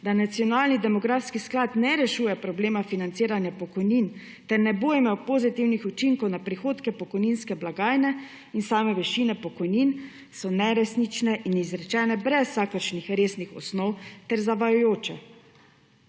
da nacionalni demografski sklad ne rešuje problema financiranja pokojnin ter ne bo imel pozitivnih učinkov na prihodke pokojninske blagajne in same višine pokojnin so neresnične in izrečene brez vsakršnih resnih osnov ter zavajajoče.